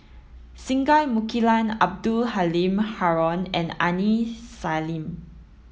Singai Mukilan Abdul Halim Haron and Aini Salim